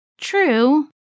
True